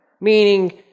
meaning